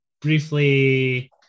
Briefly